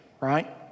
right